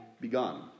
begun